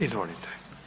Izvolite.